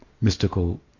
mystical